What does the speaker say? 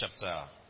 chapter